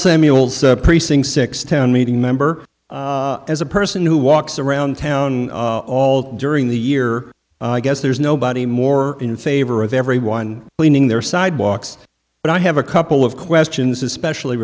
samuels precinct six town meeting member as a person who walks around town all during the year i guess there's nobody more in favor of everyone blaming their sidewalks but i have a couple of questions especially